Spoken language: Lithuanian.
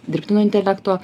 dirbtinio intelekto